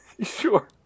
Sure